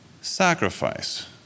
sacrifice